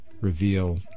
reveal